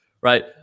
right